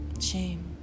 shame